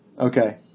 Okay